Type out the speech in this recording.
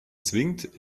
zwingt